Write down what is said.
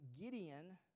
Gideon